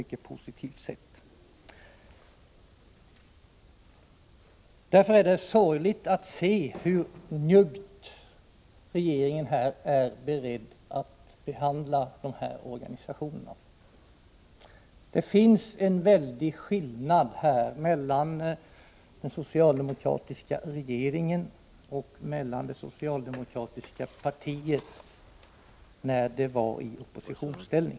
Det är därför sorgligt att se hur njuggt regeringen är beredd att behandla dessa organisationer. Det finns här en klar skillnad mellan den socialdemokratiska regeringen och det socialdemokratiska partiet när det var i oppositionsställning.